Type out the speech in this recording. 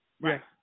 Right